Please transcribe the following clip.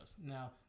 Now